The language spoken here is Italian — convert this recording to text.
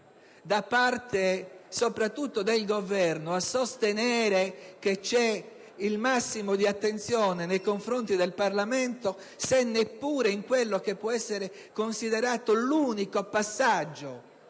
da parte soprattutto del Governo, a sostenere che c'è il massimo di attenzione nei confronti del Parlamento, se in quello che può essere considerato l'unico passaggio